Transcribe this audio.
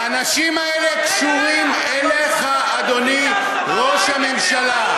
האנשים האלה קשורים אליך, אדוני ראש הממשלה.